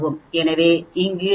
எனவே இங்கே 2